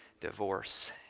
divorce